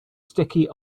sticky